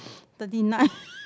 thirty nine